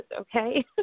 okay